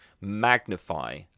magnify